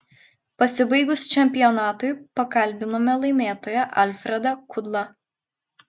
pasibaigus čempionatui pakalbinome laimėtoją alfredą kudlą